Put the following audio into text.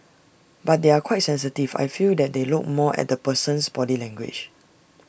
but they are quite sensitive I feel that they look more at the person's body language